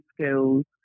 skills